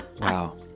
Wow